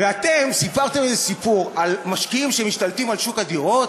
ואתם סיפרתם סיפור על משקיעים שמשתלטים על שוק הדירות